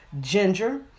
Ginger